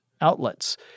outlets